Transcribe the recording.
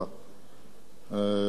כמו שאמרתי,